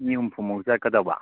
ꯃꯤ ꯍꯨꯝꯐꯨꯃꯨꯛ ꯆꯠꯀꯗꯕ